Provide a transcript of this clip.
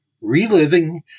Reliving